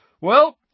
Well